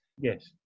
Yes